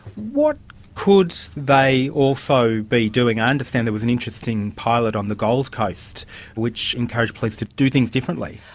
what could they also be doing? i understand there was an interesting pilot on the gold coast which encouraged police to do things differently.